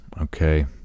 okay